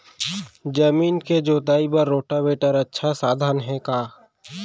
जमीन के जुताई बर रोटोवेटर अच्छा साधन हे का?